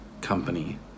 company